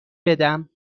بدم